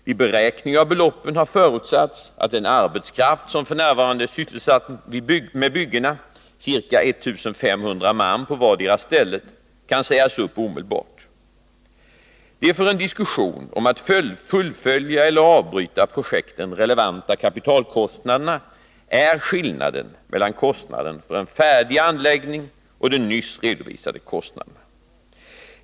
Vid beräkning av beloppen har förutsatts att den arbetskraft som f. n. är sysselsatt med byggena, ca 1500 man på vartdera stället, kan sägas upp omedelbart. De för en diskussion om att fullfölja eller avbryta projekten relevanta kapitalkostnaderna är skillnaden mellan kostnaden för en färdig anläggning och de nyss redovisade kostnaderna.